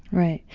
right.